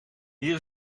hier